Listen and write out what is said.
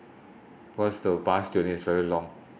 because the bus journey is very long